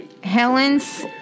Helen's